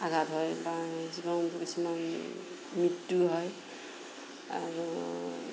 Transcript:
আঘাত হয় বা জীৱন কিছুমান মৃত্যু হয় আৰু